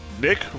nick